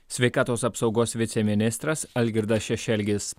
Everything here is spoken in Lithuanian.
sveikatos apsaugos viceministras algirdas šešelgis